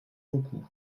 beaucoup